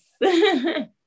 yes